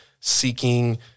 seeking